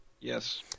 Yes